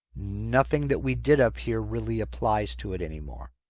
nothing that we did up here really applies to it anymore.